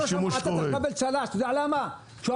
ראש המועצה צריך לקבל צל"ש,